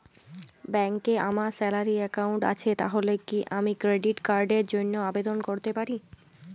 ব্যাংকে আমার salary account আছে তাহলে কি আমি ক্রেডিট কার্ড র জন্য আবেদন করতে পারি?